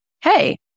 Hey